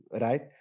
right